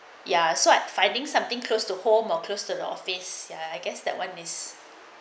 ya so I finding something close to home or close to the office yeah I guess that one is